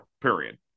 period